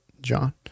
John